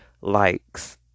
likes